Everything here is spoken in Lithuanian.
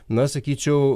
na sakyčiau